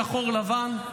שחור-לבן,